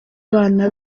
abana